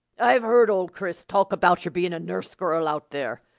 i've heard old chris talkin' about your bein' a nurse girl out there.